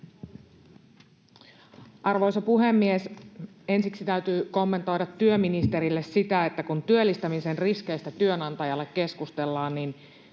Arvoisa puhemies! Ensiksi täytyy kommentoida työministerille sitä, että kun työllistämisen riskeistä työnantajalle keskustellaan, niin